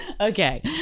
okay